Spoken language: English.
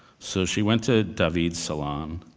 so, she went to daveed's salon,